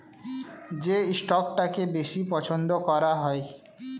যে স্টকটাকে বেশি পছন্দ করা হয়